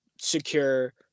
secure